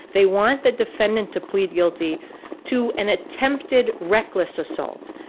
they want the defendant to plead guilty to an attempted reckless assault.